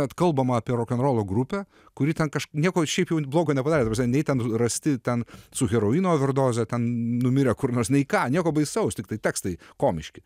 kad kalbama apie rokenrolo grupę kuri ten nieko šiaip jau blogo visai nepadarę nei ten rasti ten su heroino doze ten numirė kur nors nei ką nieko baisaus tiktai tekstai komiški